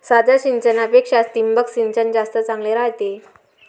साध्या सिंचनापेक्षा ठिबक सिंचन जास्त चांगले रायते